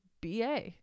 ba